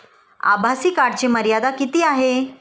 आभासी कार्डची मर्यादा किती आहे?